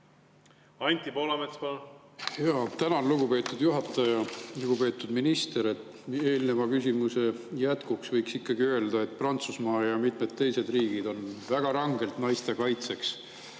Anti Poolamets, palun! Tänan, lugupeetud juhataja! Lugupeetud minister! Eelneva küsimuse jätkuks võiks öelda, et Prantsusmaa ja mitmed teised riigid on väga rangelt naiste kaitseks